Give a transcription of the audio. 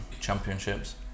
championships